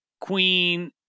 Queen